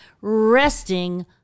resting